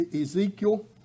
Ezekiel